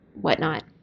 whatnot